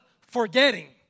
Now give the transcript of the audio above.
Forgetting